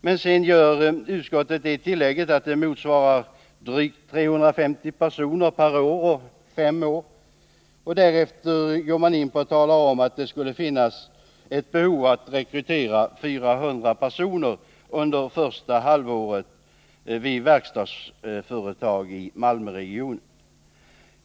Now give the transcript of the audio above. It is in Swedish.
Men sedan gör utskottet tillägget att detta motsvarar drygt 350 personer per år under fem år, och därefter går man in på att tala om att det skulle finnas ett behov av att rekrytera ca 400 personer under första halvåret i år vid verkstadsföretag i Malmöregionen.